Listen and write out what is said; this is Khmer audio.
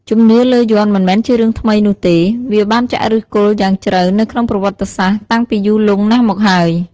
ជំនឿលើយ័ន្តមិនមែនជារឿងថ្មីនោះទេ វាបានចាក់ឫសគល់យ៉ាងជ្រៅនៅក្នុងប្រវត្តិសាស្ត្រតាំងពីយូរលង់ណាស់មកហើយ។